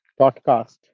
podcast